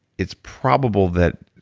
it's probable that.